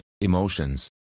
emotions